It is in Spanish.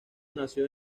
nació